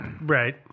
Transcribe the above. Right